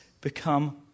become